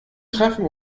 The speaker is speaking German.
treffen